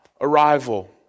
arrival